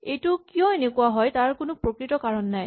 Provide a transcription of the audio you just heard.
এইটো কিয় এনেকুৱা হয় তাৰ কোনো প্ৰকৃত কাৰণ নাই